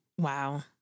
Wow